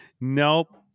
Nope